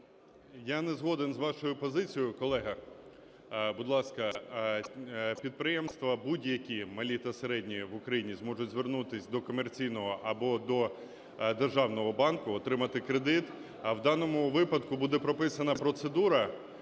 Я не згоден з вашою позицією, колега. Будь ласка. Підприємства будь-які малі та середні в Україні зможуть звернутися до комерційного або до державного банку отримати кредит. В даному випадку буде прописана процедура,